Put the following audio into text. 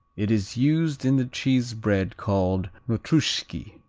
it is used in the cheese bread called notruschki.